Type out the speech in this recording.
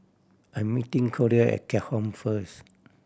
I'm meeting Collier at Keat Hong first